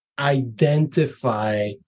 identify